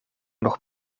nog